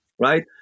right